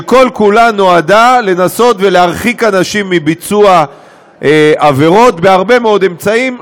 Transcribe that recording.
שכל-כולה נועדה לנסות להרחיק אנשים מביצוע עבירות בהרבה מאוד אמצעים,